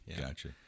gotcha